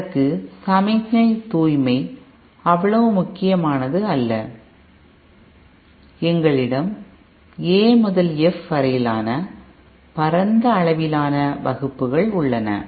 அதற்கு சமிக்ஞை தூய்மை அவ்வளவு முக்கியமானதல்ல எங்களிடம் A முதல் F வரையிலான பரந்த அளவிலான வகுப்புகள் உள்ளன